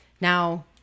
Now